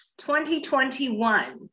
2021